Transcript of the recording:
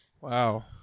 Wow